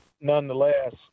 nonetheless